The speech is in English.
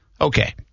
Okay